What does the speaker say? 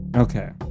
Okay